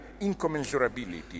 incommensurability